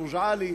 (אומר בערבית: מגדל גבוה.)